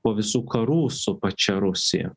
po visų karų su pačia rusija